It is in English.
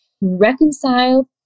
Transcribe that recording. reconciled